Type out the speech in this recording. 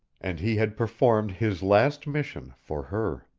and he had performed his last mission for her.